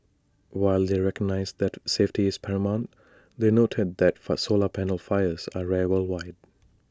while they recognised that safety is paramount they noted that first solar panel fires are rare wide